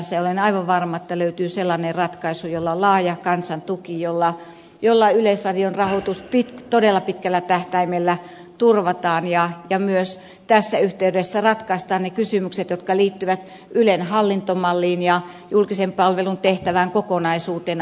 olen aivan varma että löytyy sellainen ratkaisu jolla on laaja kansan tuki ja jolla yleisradion rahoitus todella pitkällä tähtäimellä turvataan ja myös tässä yhteydessä ratkaistaan ne kysymykset jotka liittyvät ylen hallintomalliin ja julkisen palvelun tehtävään kokonaisuutena